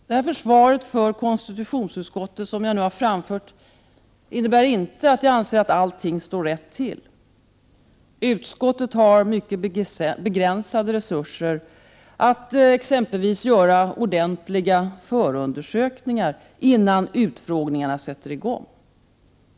Det försvar för konstitutionsutskottet jag nu har framfört innebär inte att jag anser att allting står rätt till. Utskottet har mycket begränsade resurser att exempelvis göra ordentliga förundersökningar innan utfrågningarna sätter i gång.